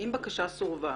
אם בקשה סורבה,